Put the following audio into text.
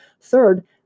Third